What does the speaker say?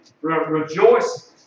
rejoice